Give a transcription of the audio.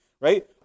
right